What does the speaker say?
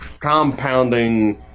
compounding